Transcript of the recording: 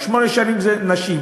שמונה שנים זה נשים.